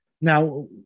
Now